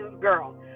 girl